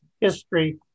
History